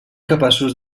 capaços